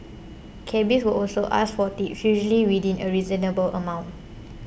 cabbies would ask for tips usually within a reasonable amount